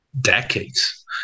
decades